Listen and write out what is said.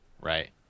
Right